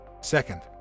Second